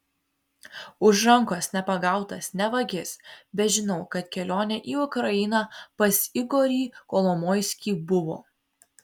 už rankos nepagautas ne vagis bet žinau kad kelionė į ukrainą pas igorį kolomoiskį buvo